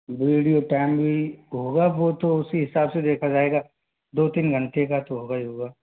video time भी होगा अब वो तो उसी हिसाब से देखा जाएगा दो तीन घंटे का तो होगा ही होगा